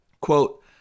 Quote